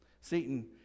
satan